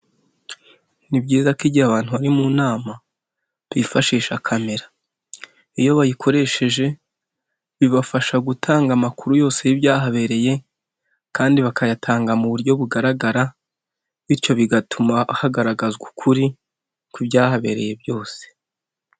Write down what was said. Ni byiza ko igihe abantu bari mu nama, bifashisha Kamera. Iyo bayikoresheje bibafasha gutanga amakuru yose y'ibyahabereye kandi bakayatanga mu buryo bugaragara bityo bigatuma hagaragazwa ukuri kw'ibyahabereye byose.